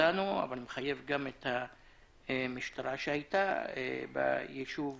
מאתנו אבל גם את המשטרה שהייתה בישוב